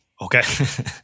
Okay